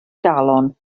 galon